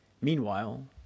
Meanwhile